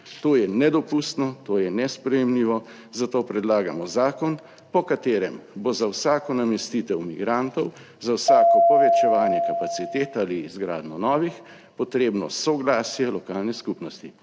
To je nedopustno, to je nesprejemljivo, zato predlagamo zakon, po katerem bo za vsako namestitev migrantov, za vsako povečevanje kapacitet ali izgradnjo novih potrebno soglasje lokalne skupnosti.